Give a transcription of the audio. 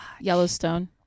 Yellowstone